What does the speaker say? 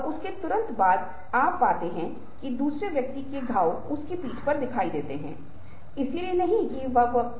शब्दार्थ संदर्भ भाषा जो आप उपयोग कर रहे हैं भावनात्मक संदर्भ ये सभी बातें उस तरीके को निर्धारित करती हैं जिससे बातचीत आगे बढ़ती है